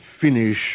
finish